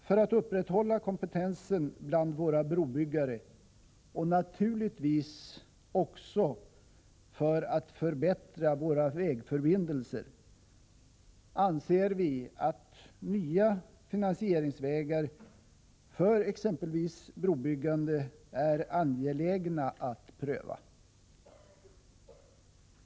För att upprätthålla kompetensen för våra brobyggare, och naturligtvis också för att förbättra våra vägförbindelser, anser vi att nya finansieringsvägar för exempelvis brobyggande är angelägna att pröva.